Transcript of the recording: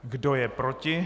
Kdo je proti?